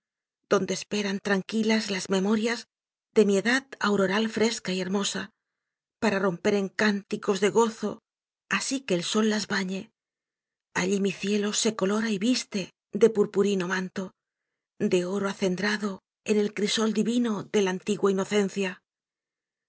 donde esperan tranquilas las memorias de mi edad auroral fresca y hermosa para romper en cánticos de gozo asi que el sol las bañe allí mi cielo se colora y viste de purpurino manto de oro acendrado en el crisol divino de la antigua inocencia